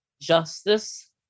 justice